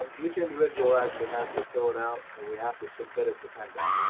um each individual actually has to fill it out and we have to submit it to penndot.